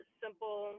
simple